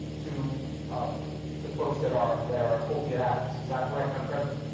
to um to folks that are that are opiate addict, is that correct, madam president?